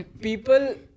people